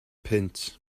punt